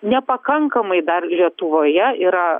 nepakankamai dar lietuvoje yra